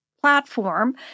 platform